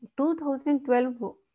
2012